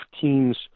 teams